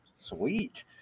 sweet